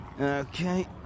Okay